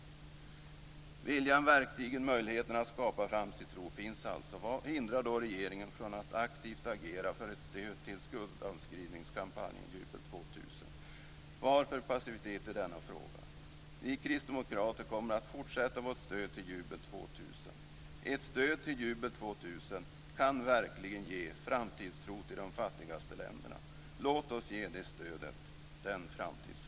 Viljan, verktygen och möjligheterna att skapa framtidstro finns alltså. Vad hindrar då regeringen att aktivt agera för ett stöd till skuldavskrivningskampanjen Jubel 2000? Varför passivitet i denna fråga? Vi kristdemokrater kommer att fortsätta vårt stöd till Jubel 2000. Ett stöd till Jubel 2000 kan verkligen ge framtidstro till de fattigaste länderna. Låt oss ge det stödet och den framtidstron.